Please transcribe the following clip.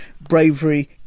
bravery